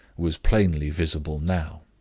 was plainly visible now.